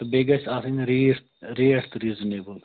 تہٕ بیٚیہِ گژھِ آسٕنۍ ریت ریٹ تہِ ریٖزِنیبُل